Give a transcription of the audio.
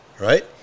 Right